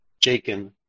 Jacob